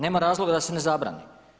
Nema razloga da se ne zabrani.